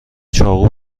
چاقو